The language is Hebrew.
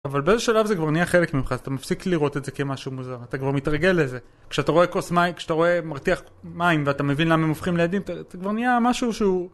אבל באיזה שלב זה כבר נהיה חלק ממך, אתה מפסיק לראות את זה כמשהו מוזר, אתה כבר מתרגל לזה. כשאתה רואה כוס מים, כשאתה רואה מרתיח מים ואתה מבין למה הם הופכים לאדים, זה כבר נהיה משהו שהוא...